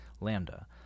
Lambda